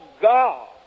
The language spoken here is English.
God